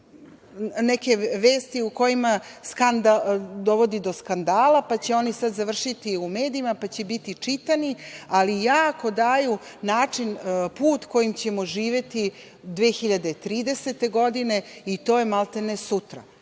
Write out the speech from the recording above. neke vesti u kojima dovodi do skandala, pa će oni sad završiti u medijima, pa će biti čitani, ali jako daju način, put kojim ćemo živeti 2030. godine, i to je maltene sutra,